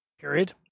period